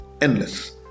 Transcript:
endless